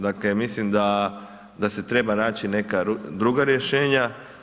Dakle mislim da se treba naći neka druga rješenja.